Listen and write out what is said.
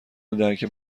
درک